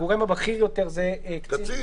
הגורם הבכיר יותר זה --- קצין.